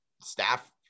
staff –